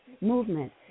movement